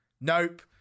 nope